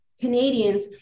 Canadians